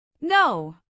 No